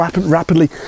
rapidly